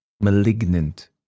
malignant